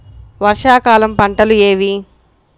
వర్షాకాలం పంటలు ఏవి?